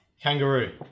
Kangaroo